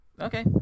Okay